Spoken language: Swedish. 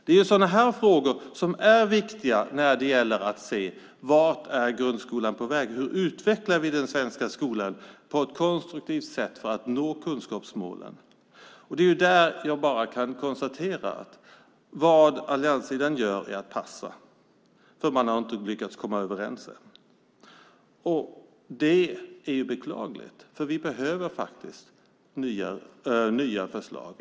Det är sådana frågor som är viktiga när det gäller att se vart grundskolan är på väg. Hur utvecklar vi den svenska skolan på ett konstruktivt sätt för att nå kunskapsmålen? Jag kan konstatera att allianssidan passar eftersom man inte har lyckats komma överens ännu. Det är beklagligt. Vi behöver faktiskt nya förslag.